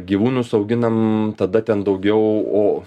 gyvūnus auginam tada ten daugiau o